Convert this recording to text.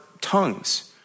tongues